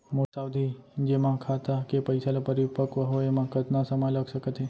मोर सावधि जेमा खाता के पइसा ल परिपक्व होये म कतना समय लग सकत हे?